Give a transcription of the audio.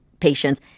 patients